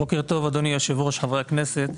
בוקר טוב אדוני היושב ראש וחברי הכנסת.